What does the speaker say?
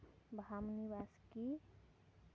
ᱵᱟᱦᱟᱢᱚᱱᱤ ᱵᱟᱥᱠᱮ